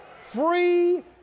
free